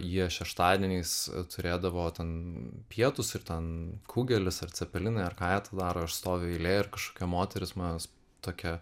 jie šeštadieniais turėdavo ten pietus ir ten kugelis ar cepelinai ar ką jie ten daro aš stoviu eilėj ir kažkokia moteris manęs tokia